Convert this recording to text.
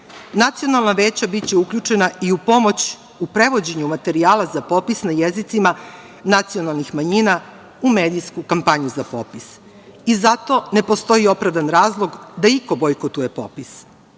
Nacionalna veća biće uključena i u pomoć u prevođenju materijala za popis na jezicima nacionalnih manjina u medijsku kampanju za popis. Zato ne postoji opravdan razlog da iko bojkotuje popis. Pored